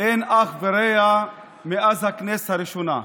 אין אח ורע מאז הכנסת הראשונה,